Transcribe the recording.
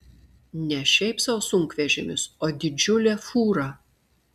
ne šiaip sau sunkvežimis o didžiulė fūra